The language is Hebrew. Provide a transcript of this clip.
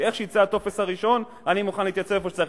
איך שיצא הטופס הראשון אני מוכן להתייצב איפה שצריך,